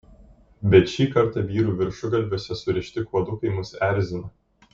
bet šį kartą vyrų viršugalviuose surišti kuodukai mus erzina